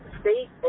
state